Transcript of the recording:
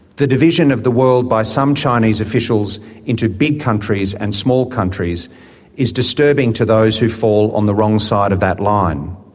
the division of the world by some chinese officials into big countries and small countries is disturbing to those who fall on the wrong side of that line.